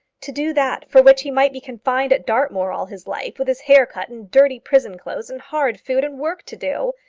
to do that for which he might be confined at dartmoor all his life, with his hair cut, and dirty prison clothes, and hard food, and work to do!